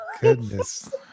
goodness